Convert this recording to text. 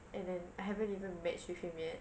and then I haven't even matched with him yet